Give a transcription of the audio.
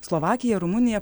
slovakija rumunija